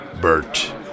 Bert